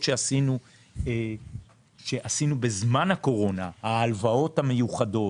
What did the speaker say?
שעשינו בזמן הקורונה: ההלוואות המיוחדות,